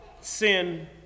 sin